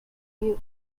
you